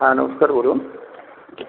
হ্যাঁ নমস্কার বলুন